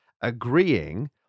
agreeing